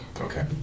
Okay